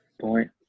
Point